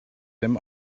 dem